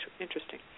interesting